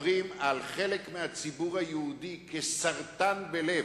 מדברים על חלק מהציבור היהודי כסרטן בלב,